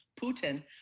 Putin